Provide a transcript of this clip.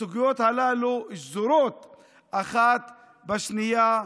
הסוגיות הללו שזורות אחת בשנייה.